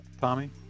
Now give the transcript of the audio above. Tommy